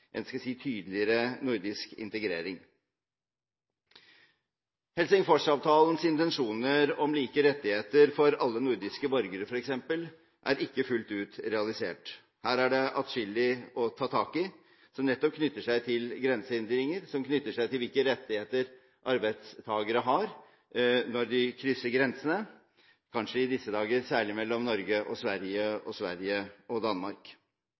en, skal jeg si, tydeligere nordisk integrering. Helsingforsavtalens intensjoner om like rettigheter for alle nordiske borgere f.eks. er ikke fullt ut realisert. Her er det atskillig å ta tak i som nettopp knytter seg til grensehindringer, som knytter seg til hvilke rettigheter arbeidstakere har når de krysser grensene, kanskje i disse dager særlig mellom Norge og Sverige og Sverige og Danmark.